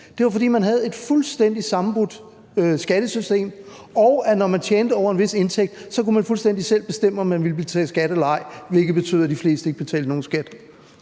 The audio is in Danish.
var, at de havde et fuldstændig sammenbrudt skattesystem, og at man, når man tjente over en vis indtægt, fuldstændig selv kunne bestemme, om man ville betale skat eller ej, hvilket betød, at de fleste ikke betalte nogen skat.